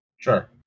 Sure